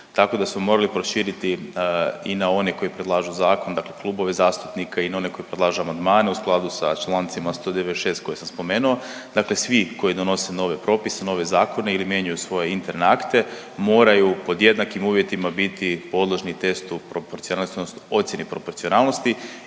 tako da smo morali proširiti i na one koji predlažu zakon, dakle klubove zastupnika i na one koji predlažu amandmane, u skladu sa čl. 196. koje sam spomenuo, dakle svi koji donose nove propise, nove zakone ili mijenjaju svoje interne akte moraju pod jednakim uvjetima biti podložni tekstu proporcionalnosti